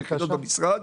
הרב גפני,